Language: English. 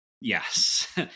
Yes